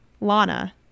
Lana